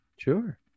sure